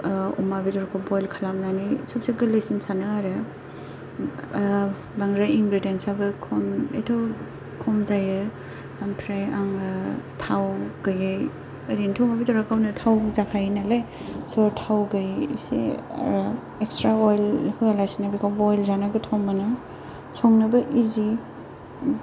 अमा बेदरखौ बइल खालामनानै सबसाय गोरलैसिन सानो आरो ओ बांद्राय इनग्रिडियेनसाबो खम एथ' खम जायो ओमफ्राय आङो थाव गैयै ओरैनोथ बेदराव गावनो थाव जाखायोनालाय स' थाव गैयै इसे एकस्त्रा अइल होआलासिनो बेखौ बइल जानो गोथाव मोनो संनोबो इजि